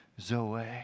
Zoe